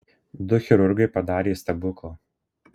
du chirurgai padarė stebuklą